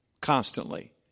constantly